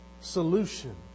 solution